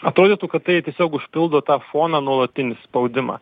atrodytų kad tai tiesiog užpildo tą foną nuolatinį spaudimą